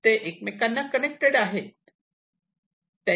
ते एकमेकांना कनेक्टेड आहे